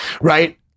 right